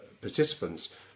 participants